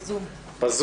בזום.